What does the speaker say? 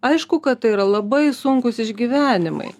aišku kad tai yra labai sunkūs išgyvenimai